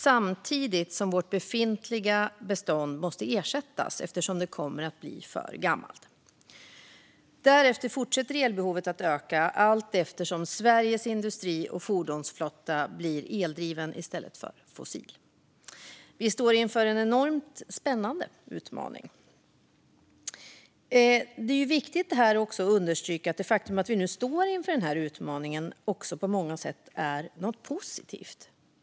Samtidigt måste vårt befintliga bestånd ersättas då det kommer att ha blivit för gammalt. Därefter fortsätter elbehovet att öka allteftersom Sveriges industri och fordonsflotta blir eldriven i stället för fossil. Vi står inför en enormt spännande utmaning. Samtidigt är det viktigt att understryka att det faktum att vi nu står inför denna utmaning på många sätt är något positivt.